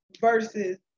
versus